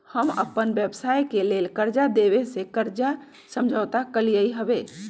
हम अप्पन व्यवसाय के लेल कर्जा देबे से कर्जा समझौता कलियइ हबे